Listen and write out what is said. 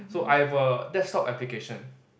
so I have a desktop application